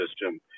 system